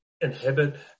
Inhibit